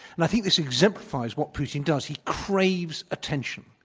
and i think this exemplifies what putin does. he craves attention.